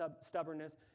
stubbornness